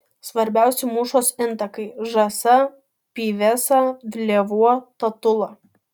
svarbiausi mūšos intakai žąsa pyvesa lėvuo tatula